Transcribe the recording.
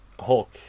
Hulk